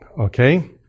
Okay